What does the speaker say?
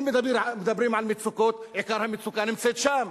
אם מדברים על מצוקות, עיקר המצוקה נמצאת שם.